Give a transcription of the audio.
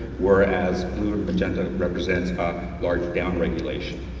where as blue or magenta represents a large down regulation.